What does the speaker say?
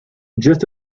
just